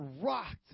rocked